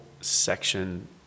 section